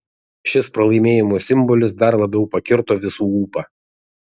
šis pralaimėjimo simbolis dar labiau pakirto visų ūpą